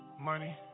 Money